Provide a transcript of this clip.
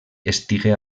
estigué